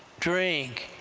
drink,